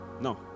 No